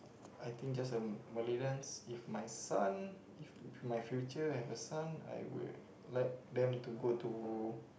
I think just a Malay dance if my son if my future have a son I would like them to go to